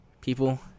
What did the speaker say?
people